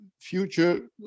future